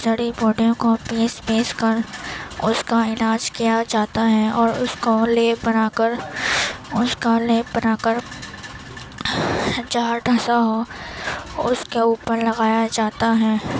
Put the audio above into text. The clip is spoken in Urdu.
جڑی بوٹیوں کو پیس پیس کر اس کا علاج کیا جاتا ہے اور اس کو لیپ بنا کر اس کا لیپ بنا کر جہاں ڈسا ہو اس کے اوپر لگایا جاتا ہے